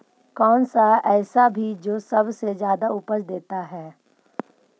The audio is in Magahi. कौन सा ऐसा भी जो सबसे ज्यादा उपज देता है?